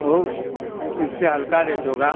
वह भी इससे हल्का रेट होगा